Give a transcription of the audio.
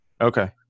Okay